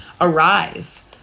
arise